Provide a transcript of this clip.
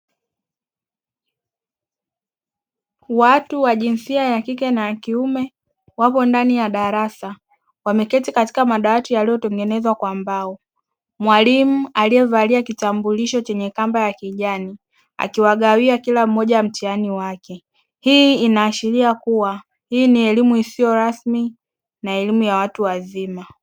Watu wa jinsia ya kike na kiume wapo ndani ya darasa, wameketi katika madawati yaliyotengenezwa kwa mbao. Mwalimu aliyevalia kitambulisho chenye kamba ya kijani akiwagawia kila mmoja mtihani wake. Hii inaashiria kuwa hii ni elimu isiyo rasmi na elimu ya watu wazima.